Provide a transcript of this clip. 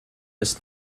ist